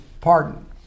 pardon